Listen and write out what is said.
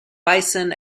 bison